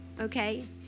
okay